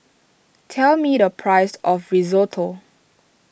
tell me the price of Risotto